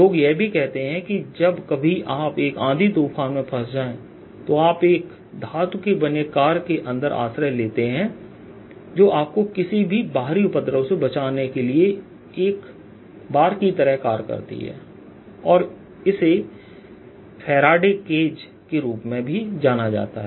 लोग यह भी कहते हैं कि जब कभी आप एक आंधी तूफान में फंस जाएं तो आप एक धातु से बनी कार के अंदर आश्रय लेते हैं जो आपको किसी भी बाहरी उपद्रव से बचाने के लिए एक बार की तरह कार्य करती है और इसे फैराडे केजFaraday's Cage के रूप में भी जाना जाता है